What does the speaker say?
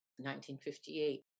1958